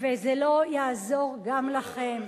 וזה לא יעזור גם לכם.